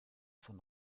von